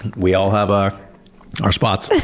we all have our our spots.